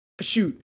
shoot